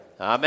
Amen